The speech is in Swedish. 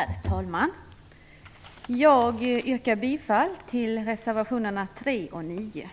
Herr talman! Jag yrkar bifall till reservationerna 3 och 9.